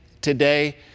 today